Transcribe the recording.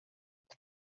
its